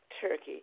Turkey